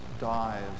dies